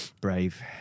Brave